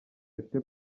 bifite